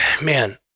man